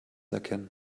erkennen